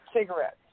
Cigarettes